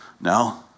No